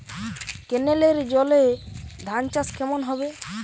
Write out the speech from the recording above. কেনেলের জলে ধানচাষ কেমন হবে?